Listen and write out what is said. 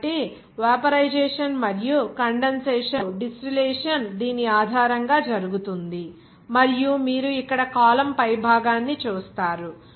కాబట్టి వేపోరైజెషన్ మరియు కండెన్సషన్ మరియు డిస్టిలేషన్ దీని ఆధారంగా జరుగుతుంది మరియు మీరు ఇక్కడ కాలమ్ పైభాగాన్ని చూస్తారు